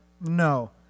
no